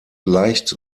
leicht